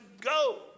go